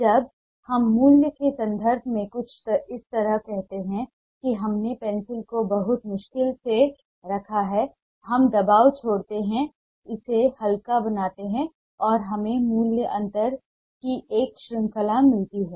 जब हम मूल्य के संदर्भ में कुछ इस तरह कहते हैं कि हमने पेंसिल को बहुत मुश्किल से रखा है हम दबाव छोड़ते हैं इसे हल्का बनाते हैं और हमें मूल्य अंतर की एक श्रृंखला मिलती है